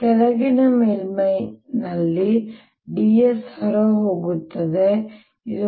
ಕೆಳಗಿನ ಮೇಲ್ಮೈಯಲ್ಲಿ d s ಹೊರಹೋಗುತ್ತಿದೆ ಆದ್ದರಿಂದ ಇದು M a ಆಗಿರುತ್ತದೆ